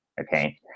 okay